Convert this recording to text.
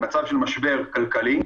במצב של משבר כלכלי,